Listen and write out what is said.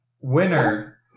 Winner